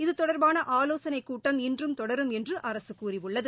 இது தொடர்பான ஆலோசனைக் கூட்டம் இன்றும் தொடரும் என்று அரசு கூறியுள்ளது